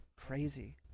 Crazy